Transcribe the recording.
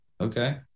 Okay